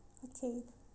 okay